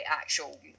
actual